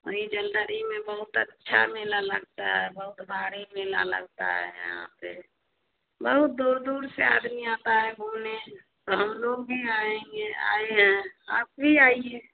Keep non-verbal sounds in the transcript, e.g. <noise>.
और इ जंदरी में बहुत अच्छा मेला लगता है बहुत भारी मेला लगता है यहाँ पर बहुत दूर दूर से आदमी आता है घुमने <unintelligible> हम लोग भी आएंगे आइए आप भी आइए